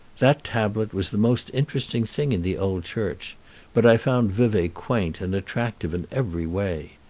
that tablet was the most interesting thing in the old church but i found vevay quaint and attractive in every way.